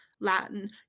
latin